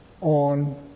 on